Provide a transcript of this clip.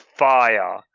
fire